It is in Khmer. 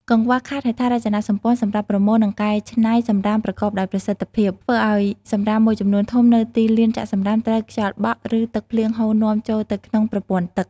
កង្វះខាតហេដ្ឋារចនាសម្ព័ន្ធសម្រាប់ប្រមូល និងកែច្នៃសំរាមប្រកបដោយប្រសិទ្ធភាព ធ្វើឲ្យសំរាមមួយចំនួនធំនៅទីលានចាក់សំរាមត្រូវខ្យល់បក់ ឬទឹកភ្លៀងហូរនាំចូលទៅក្នុងប្រព័ន្ធទឹក។